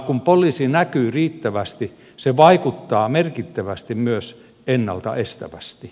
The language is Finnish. kun poliisi näkyy riittävästi se vaikuttaa merkittävästi myös ennaltaestävästi